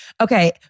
okay